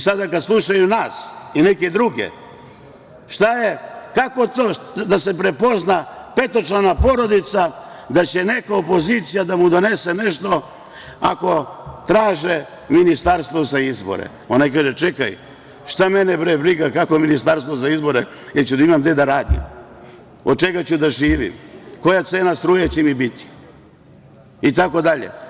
Sada kada slušaju nas i neke druge kako to da se prepozna petočlana porodica da će neka opozicija da mu donese nešto ako traže ministarstvo za izbore, a onaj kaže – šta mene briga, kakvo ministarstvo za izbore, hoću li imati gde da radim, od čega ću da živim, koja cena struje će mi biti itd.